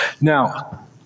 Now